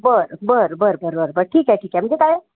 बर बर बर बर बर बर ठीक आहे ठीक आहे म्हणजे काय